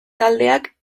taldeak